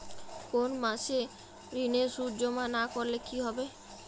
কোনো মাসে ঋণের সুদ জমা না করলে কি হবে?